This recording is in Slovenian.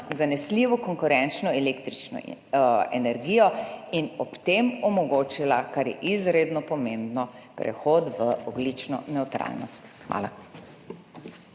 zanesljivo konkurenčno električno energijo in ob tem omogočila, kar je izredno pomembno, prehod v ogljično nevtralnost. Hvala.